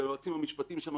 היועצים המשפטיים שם,